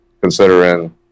considering